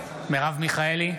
מיכאלי,